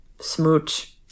smooch